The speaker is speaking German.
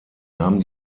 nahm